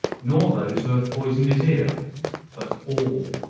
nor those who have poisoned his ear but all.